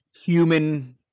human